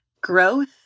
growth